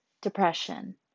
depression